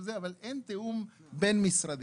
אבל אין תיאום בין-משרדי.